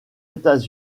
états